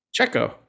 Checo